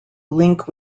link